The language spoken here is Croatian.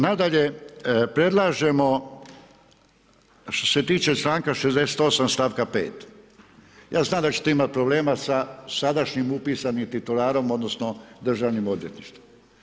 Nadalje, predlažemo što se tiče članka 68. stavka 5., ja znam da ćete imati problema sa sadašnjim upisanim titularom odnosno Državnim odvjetništvom.